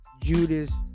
judas